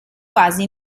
quasi